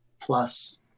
Plus